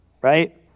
right